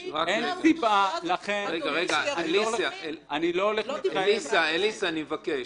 --- אליסה, אני מבקש.